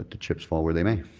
but the chips fall where they may.